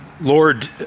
Lord